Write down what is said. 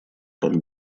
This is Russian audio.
пан